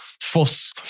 fuss